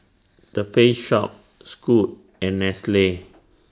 The Face Shop Scoot and Nestle